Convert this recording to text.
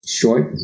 short